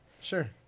sure